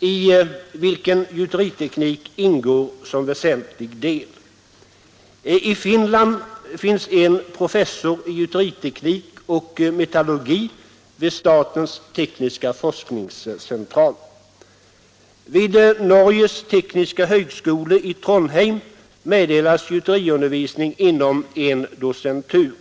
i vilken gjuteriteknik ingår som väsentlig del. I Finland finns en professur i gjuteriteknik och metallurgi vid Statens Tekniska Forskningscentral. Vid Norges Tekniske Hogskole i Trondheim meddelas gjuteriundervisning inom en docentur.